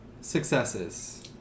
successes